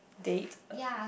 date